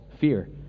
fear